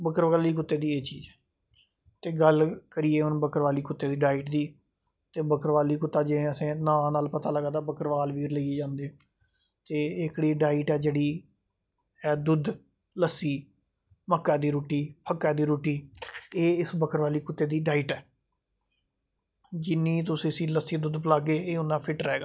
बकरबाली कुत्ते दी एह् चीज़ ऐ ते गल्ल करिये हून बकरबाली कुत्ते दी डाइट दी ते जे बकरबाली कुत्ता ना नाल पता चला दा बक्करबाल लेईयै जंदे ते एह्कड़ी डाइट ऐ जेह्ड़ी दुध्द लस्सी मक्का दी रुट्टी फट्टा दी रुट्टी एह् इस बकरबाली कुत्ता दी डाईट ऐ जिन्नी तुस इसगी लस्सी दुध्द पलैगे एह् उन्ना फिट रैह्गा